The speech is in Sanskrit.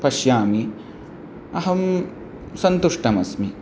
पश्यामि अहं सन्तुष्टमस्मि